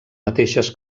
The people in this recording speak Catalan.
mateixes